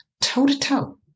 toe-to-toe